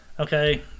Okay